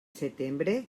setembre